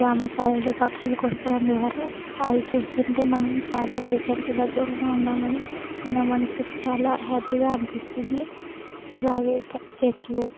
జామకాయలు పక్షులు కొరకడం ద్వారా అది చూస్తుంటే మనం చాలా నేచర్కి దగ్గరగా ఉన్నామని మన మనస్సుకు చాలా హ్యాపీగా అనిపిస్తుంది అలాగే చ చెట్లు